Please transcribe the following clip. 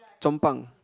Chong pang